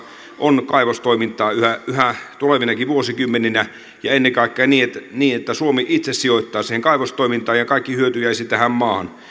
on kaivostoimintaa yhä yhä tulevinakin vuosikymmeninä ja ennen kaikkea niin niin että suomi itse sijoittaa siihen kaivostoimintaan ja kaikki hyöty jäisi tähän maahan